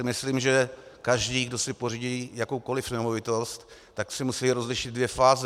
Myslím si, že každý, kdo si pořídí jakoukoli nemovitost, tak se musí rozlišit dvě fáze.